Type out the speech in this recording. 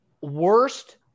worst